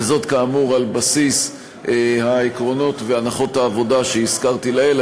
וזאת כאמור על בסיס העקרונות והנחות העבודה שהזכרתי לעיל.